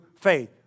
faith